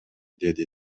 деди